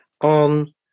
on